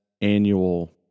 annual